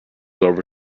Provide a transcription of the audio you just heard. over